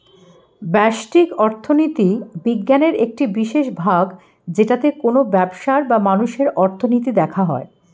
ব্যষ্টিক অর্থনীতি বিজ্ঞানের একটি বিশেষ ভাগ যেটাতে কোনো ব্যবসার বা মানুষের অর্থনীতি দেখা হয়